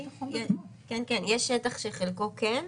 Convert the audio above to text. יש שטח שחלקו כן,